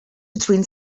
between